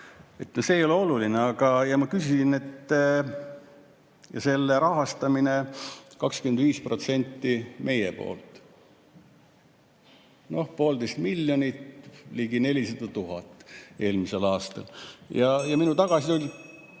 See ei ole oluline. Aga ma küsisin, et selle rahastamine on 25% meie poolt. Noh, poolteist miljonit, ligi 400 000 eelmisel aastal. Ja minu ...